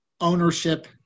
ownership